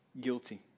Guilty